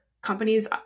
companies